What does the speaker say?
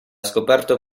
scoperto